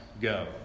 go